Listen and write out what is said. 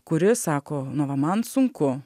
kuris sako no va man sunku